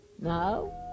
No